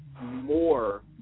more